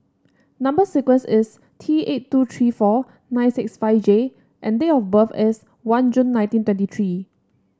number sequence is T eight two three four nine six five J and date of birth is one June nineteen twenty three